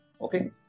okay